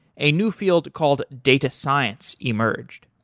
a new field called data science emerged.